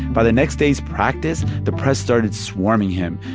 by the next day's practice, the press started swarming him.